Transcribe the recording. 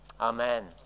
Amen